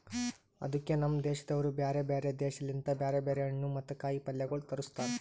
ಅದುಕೆ ನಮ್ ದೇಶದವರು ಬ್ಯಾರೆ ಬ್ಯಾರೆ ದೇಶ ಲಿಂತ್ ಬ್ಯಾರೆ ಬ್ಯಾರೆ ಹಣ್ಣು ಮತ್ತ ಕಾಯಿ ಪಲ್ಯಗೊಳ್ ತರುಸ್ತಾರ್